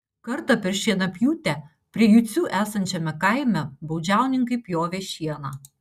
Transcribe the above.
kartą per šienapjūtę prie jucių esančiame kaime baudžiauninkai pjovė šieną